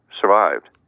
survived